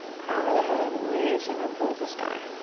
crown of the head, reaching up towards the sky.